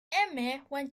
went